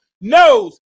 knows